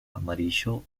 amarillo